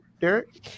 Derek